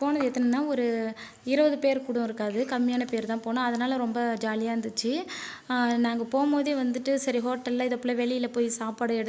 போனது எத்தனைனா ஒரு இருபது பேர் கூட இருக்காது கம்மியான பேர்தான் போனோம் அதனால் ரொம்ப ஜாலியாக இருந்துச்சு நாங்கள் போகும்போதே வந்துட்டு சரி ஹோட்டலில் இது போல் வெளியில் போய் சாப்பாடு எடுத்து